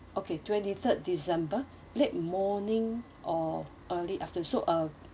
okay twenty third december late morning or early after so uh